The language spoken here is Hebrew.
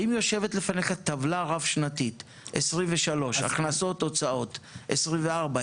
האם יושבת לפניך טבלה רב שנתית 23' של הכנסות-הוצאות ו- 24',